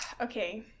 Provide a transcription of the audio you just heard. Okay